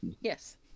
Yes